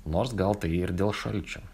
nors gal tai ir dėl šalčio